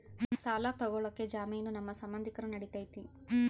ಸಾಲ ತೊಗೋಳಕ್ಕೆ ಜಾಮೇನು ನಮ್ಮ ಸಂಬಂಧಿಕರು ನಡಿತೈತಿ?